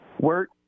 work